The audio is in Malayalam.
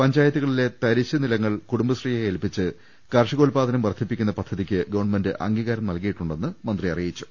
പഞ്ചായത്തുകളിലെ തരിശ് നിലങ്ങൾ കൂടുംബശ്രീയെ ഏൽപ്പിച്ച് കാർഷികോത്പാദനം വർദ്ധിപ്പിക്കുന്ന പദ്ധതിക്ക് ഗവൺമെന്റ് അംഗീകാരം നൽകിയിട്ടു ണ്ടെന്ന് മന്ത്രി അറിയിച്ചു